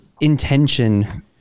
intention